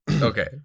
Okay